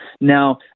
Now